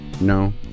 no